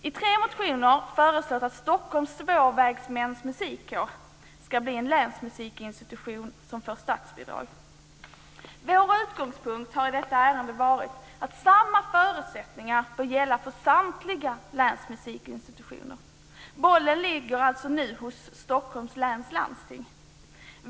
I tre motioner föreslås att Stockholms Spårvägsmäns Musikkår ska bli en länsmusikinstitution som får statsbidrag. Vår utgångspunkt har i detta ärende varit att samma förutsättningar bör gälla för samtliga länsmusikinstitutioner. Bollen ligger alltså nu hos Stockholms läns landsting.